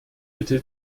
bitte